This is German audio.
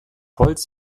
holz